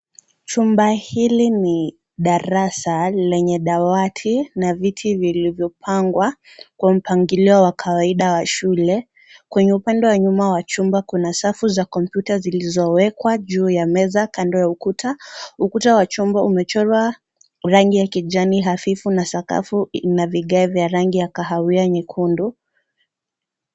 Chumba hili ni darasa lenye dawati na viti vilivyopangwa kwa mpangilio wa kawaida wa shule. Kwenye upande wa nyuma wa chumba kuna safu za kompyuta zilizowekwa juu ya meza kando ya ukuta. Ukuta wa chumba umechorwa rangi ya kijani hafifu na sakafu ina vigaa vya rangi ya kahawia nyekundu.